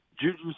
Juju